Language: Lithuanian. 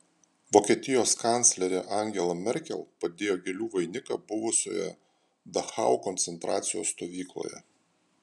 vokietijos kanclerė angela merkel padėjo gėlių vainiką buvusioje dachau koncentracijos stovykloje